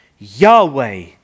Yahweh